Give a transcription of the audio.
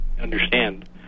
understand